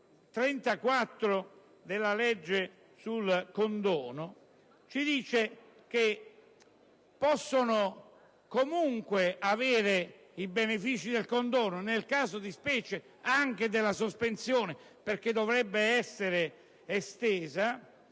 34 della legge sul condono prevede che possono comunque avere i benefici del condono (nel caso di specie anche della sospensione, perché dovrebbe essere estesa)